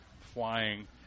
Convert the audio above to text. flying